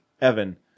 Evan